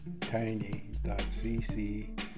tiny.cc